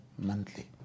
monthly